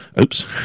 oops